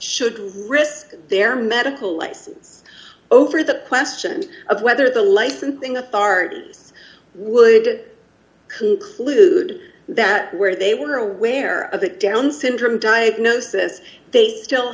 should risk their medical license over the question of whether the licensing authorities would conclude that where they were aware of that down's syndrome diagnosis they still